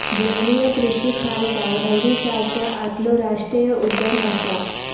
जलीय कृषि खारसाण ओडीसाच्या आतलो राष्टीय उद्यान असा